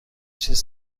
چیز